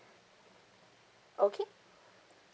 okay